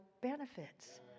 benefits